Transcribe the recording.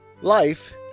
Life